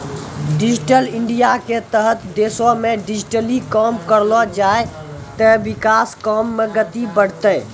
digital इंडियाके तहत देशमे डिजिटली काम करलो जाय ते विकास काम मे गति बढ़तै